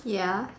ya